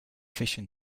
fission